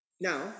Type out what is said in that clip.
Now